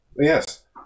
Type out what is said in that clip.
Yes